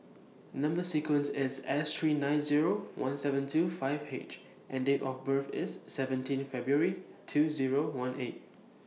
Number sequence IS S three nine Zero one seven two five H and Date of birth IS seventeen February two Zero one eight